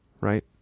right